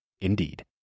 Indeed